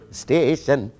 station